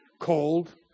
Cold